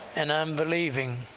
and i'm believing